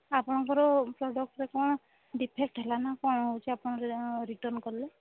ଆପଣଙ୍କର ପ୍ରଡ଼କ୍ଟ୍ରେ କ'ଣ ଡିଫେକ୍ଟ୍ ହେଲା ନା କ'ଣ ହେଉଛି ଆପଣ ରିଟର୍ଣ୍ଣ୍ କଲେ